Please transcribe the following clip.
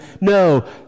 No